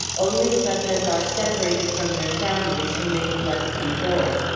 only such as are separated from their families, who may have left before.